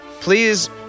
please